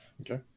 Okay